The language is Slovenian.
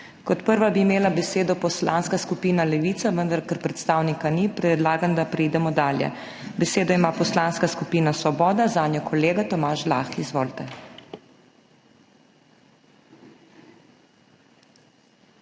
Kot prva bi imela besedo Poslanska skupina Levica, vendar ker predstavnika ni, predlagam, da preidemo dalje. Besedo ima Poslanska skupina Svoboda, zanjo kolega Tomaž Lah. Izvolite.